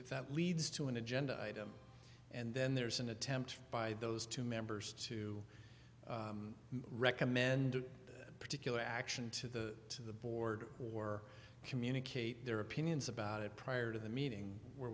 item that leads to an agenda item and then there's an attempt by those two members to recommend a particular action to the to the board or communicate their opinions about it prior to the meeting where